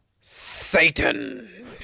Satan